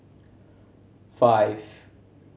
five